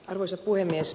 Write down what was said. arvoisa puhemies